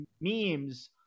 memes